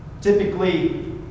Typically